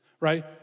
right